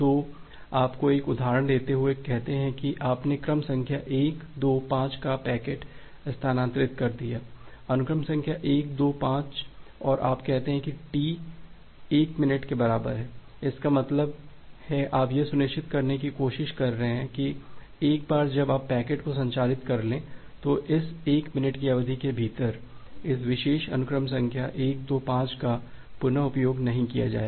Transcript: तो आपको एक उदाहरण देते हुए कहते हैं कि आपने क्रम संख्या 1 2 5 का पैकेट स्थानांतरित कर दिया है अनुक्रम संख्या 125 और आप कहते हैं कि टी 1 मिनट के बराबर है इसका मतलब है आप यह सुनिश्चित करने की कोशिश कर रहे हैं कि एक बार जब आप पैकेट को संचारित कर लें तो इस 1 मिनट की अवधि के भीतर इस विशेष अनुक्रम संख्या 125 का पुन उपयोग नहीं किया जाएगा